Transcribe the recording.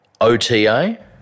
OTA